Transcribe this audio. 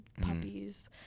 puppies